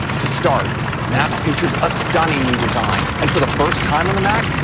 to start, maps features a stunning new design and for the first time on the mac,